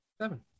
Seven